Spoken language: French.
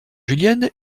julienne